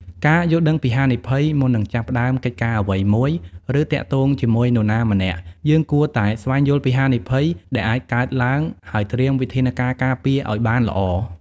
ការយល់ដឹងពីហានិភ័យ មុននឹងចាប់ផ្ដើមកិច្ចការអ្វីមួយ ឬទាក់ទងជាមួយនរណាម្នាក់ យើងគួរតែស្វែងយល់ពីហានិភ័យដែលអាចកើតឡើងហើយត្រៀមវិធានការការពារឱ្យបានល្អ។